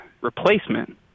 replacement